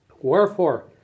Wherefore